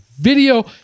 video